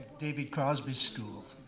david crosby school.